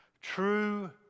True